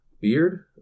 beard